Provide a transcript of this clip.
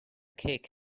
cake